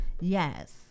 Yes